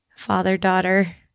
Father-daughter